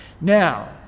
now